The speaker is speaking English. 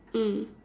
mm